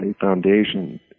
foundation